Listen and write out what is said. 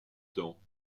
temps